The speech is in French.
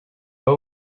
pas